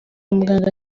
muganga